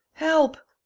help.